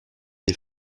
des